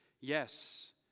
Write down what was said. yes